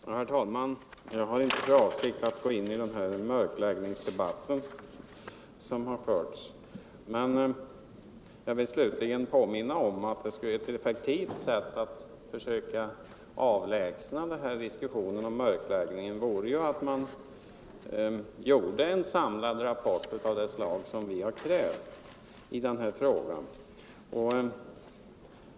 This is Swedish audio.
Herr talman! Jag har inte för avsikt att gå in i den mörkläggningsdebatt som här förs, men jag vill säga att ett effektivt sätt att få slut på den diskussionen vore att göra en samlad rapport av det slag som vi har krävt i denna fråga.